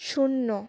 শূন্য